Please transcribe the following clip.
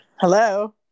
Hello